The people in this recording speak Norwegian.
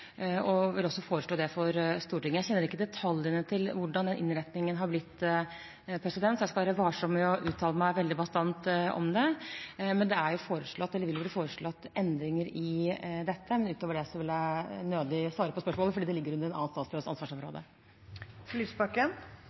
og vil også foreslå det for Stortinget. Jeg kjenner ikke detaljene i hvordan den innretningen har blitt, så jeg skal være varsom med å uttale meg veldig bastant om det. Det vil bli foreslått endringer i dette, men ut over det vil jeg nødig svare på spørsmålet, fordi det ligger under en annen statsråds